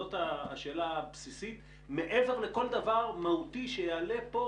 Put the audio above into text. זאת השאלה הבסיסית מעבר לכל דבר מהותי שיעלה פה